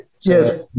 Yes